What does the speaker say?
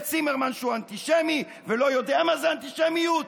צימרמן שהוא אנטישמי ולא יודע מה זאת אנטישמיות?